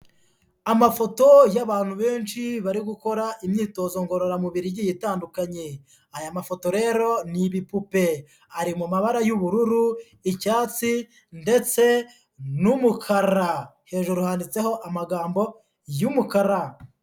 Amafoto y'abantu benshi bari gukora imyitozo ngororamubiri igiye itandukanye, aya mafoto rero ni ibipupe, ari mu mabara y'ubururu, icyatsi ndetse n'umukara, hejuru handitseho amagambo y'umukara.